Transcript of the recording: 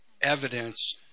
evidence